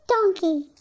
Donkey